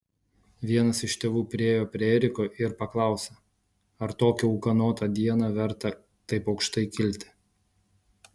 vienas iš tėvų priėjo prie eriko ir paklausė ar tokią ūkanotą dieną verta taip aukštai kilti